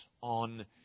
on